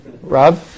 Rob